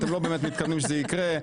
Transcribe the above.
אתם לא באמת מתכוונים שזה יקרה,